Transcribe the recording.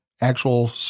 Actual